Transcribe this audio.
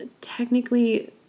technically